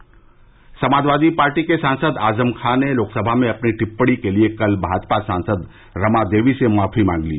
दिल्ली समाचार समाजवादी पार्टी सांसद आजम खान ने लोकसभा में अपनी टिप्पणी के लिए कल भाजपा सांसद रमा देवी से माफी मांग ली